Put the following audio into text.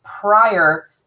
prior